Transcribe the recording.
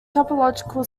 topological